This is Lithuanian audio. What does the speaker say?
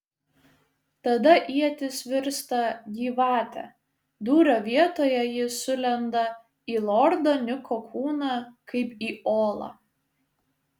tada ietis virsta gyvate dūrio vietoje ji sulenda į lordo niko kūną kaip į olą